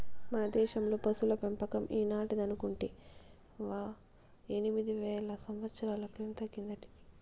మన దేశంలో పశుల పెంపకం ఈనాటిదనుకుంటివా ఎనిమిది వేల సంవత్సరాల క్రితం కిందటిది